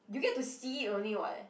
you get to see it only [what]